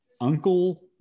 Uncle